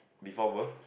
before brith